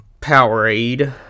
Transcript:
Powerade